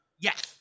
Yes